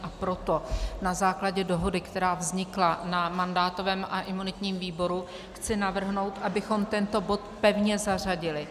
A proto na základě dohody, která vznikla na mandátovém a imunitním výboru, chci navrhnout, abychom tento bod pevně zařadili.